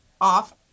off